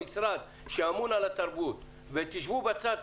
המשרד שאמון על התרבות ותשבו בצד,